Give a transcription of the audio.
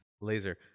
Laser